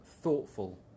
thoughtful